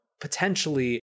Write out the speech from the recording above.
potentially